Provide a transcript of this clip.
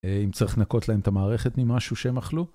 אם צריך לנקות להם את המערכת ממשהו שהם אכלו.